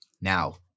Now